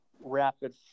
rapid